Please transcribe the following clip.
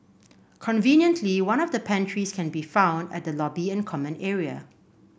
conveniently one of the pantries can be found at the lobby and common area